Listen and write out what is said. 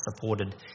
supported